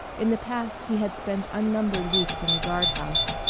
in the past he had spent unnumbered weeks in the guard-house,